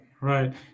right